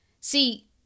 See